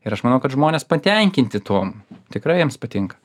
ir aš manau kad žmonės patenkinti tuom tikrai jiems patinka